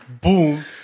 Boom